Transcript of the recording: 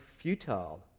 futile